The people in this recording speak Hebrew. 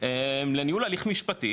לניהול הליך משפטי